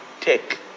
take